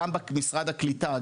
גם במשרד הקליטה,